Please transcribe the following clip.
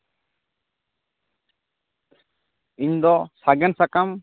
ᱤᱧ ᱫᱚ ᱥᱟᱜᱮᱱ ᱥᱟᱠᱟᱢ